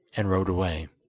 and rode away.